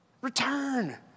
Return